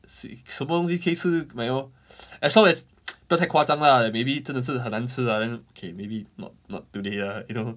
swee 什么东西可以吃就买 lor as long as 不要太夸张 lah maybe 真的是很难吃 lah then okay maybe not not today lah you know